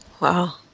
Wow